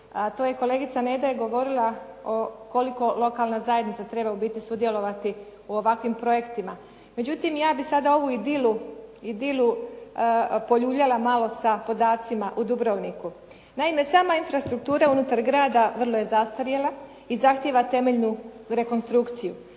to je, kolegica Neda je govorila o koliko lokalna zajednica treba u biti sudjelovati u ovakvim projektima. Međutim, ja bih sada ovu idilu poljuljala malo sa podacima u Dubrovniku. Naime, sama infrastruktura unutar grada vrlo je zastarjela i zahtjeva temeljnu rekonstrukciju,